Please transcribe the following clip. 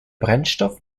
brennstoff